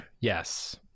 yes